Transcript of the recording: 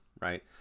right